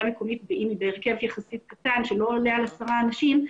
מקומית בהרכב יחסית קטן שלא עולה על 10 אנשים,